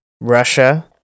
Russia